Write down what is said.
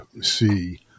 see